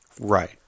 Right